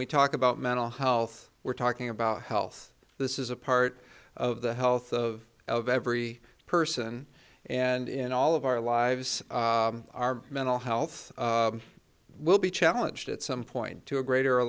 we talk about mental health we're talking about health this is a part of the health of of every person and in all of our lives our mental health will be challenged at some point to a greater